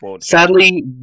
Sadly